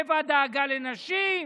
איפה הדאגה לנשים?